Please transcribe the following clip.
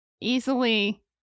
easily